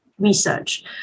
research